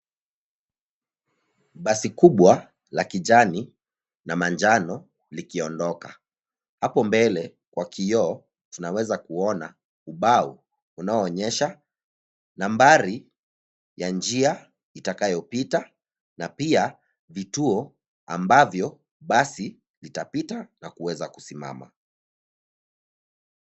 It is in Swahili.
Basi kubwa la kijani na manjano likiondoka. Hapo mbele kwa kioo tunaweza kuona ubao unaoonyesha nambari ya njia itakayopita na pia vituo ambavyo basi litapita na kuweza kusimama.